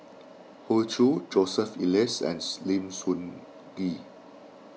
Hoey Choo Joseph Elias and Lim Sun Gee